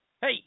hey